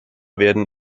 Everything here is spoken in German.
werden